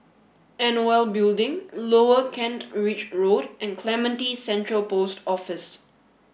N O L Building Lower Kent Ridge Road and Clementi Central Post Office